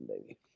baby